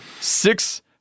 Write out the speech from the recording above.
six